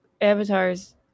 avatars